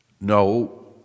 No